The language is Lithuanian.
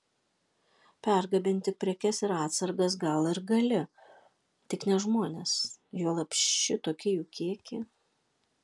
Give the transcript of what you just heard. pergabenti prekes ir atsargas gal ir gali tik ne žmones juolab šitokį jų kiekį